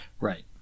Right